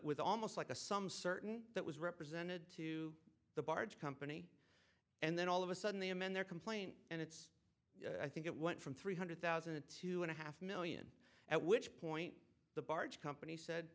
with almost like a some certain that was represented to the barge company and then all of a sudden the amend their complaint and it's i think it went from three hundred thousand to two and a half million at which point the barge company said